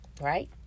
right